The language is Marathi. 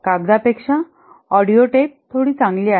कागदापेक्षा ऑडिओ टेप थोडी चांगली आहे